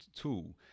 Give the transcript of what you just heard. tool